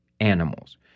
animals